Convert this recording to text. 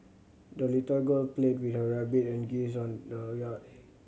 the little girl played with her rabbit and geese on the yard